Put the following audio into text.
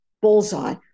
Bullseye